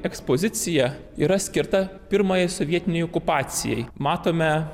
ekspozicija yra skirta pirmajai sovietinei okupacijai matome